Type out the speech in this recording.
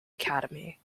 academy